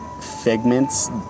Figment's